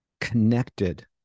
connected